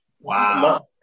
Wow